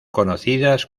conocidas